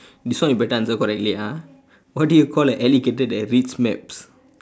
this one you better answer correctly ah what do you call an alligator that reads maps